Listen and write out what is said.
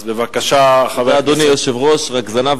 בבקשה, חבר הכנסת.